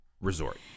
resort